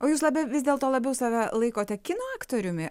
o jūs labiau vis dėlto labiau save laikote kino aktoriumi